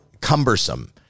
cumbersome